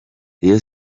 rayon